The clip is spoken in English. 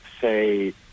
say